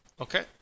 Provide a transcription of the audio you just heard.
Okay